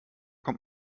kommt